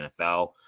NFL